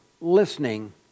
listening